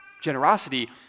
generosity